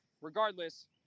regardless